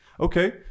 Okay